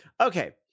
Okay